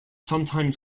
sometimes